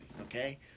okay